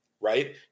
right